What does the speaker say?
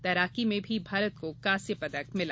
तैराकी में भी भारत को कांस्य पदक मिला